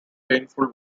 painful